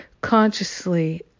consciously